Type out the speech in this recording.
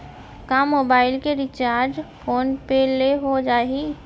का मोबाइल के recharge PhonePe ले हो जाही?